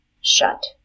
shut